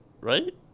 Right